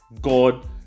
God